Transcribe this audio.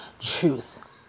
truth